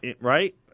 right